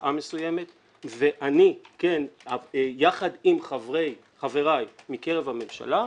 הצעה מסוימת ואני, כן, יחד עם חבריי מקרב הממשלה,